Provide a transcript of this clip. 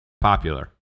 popular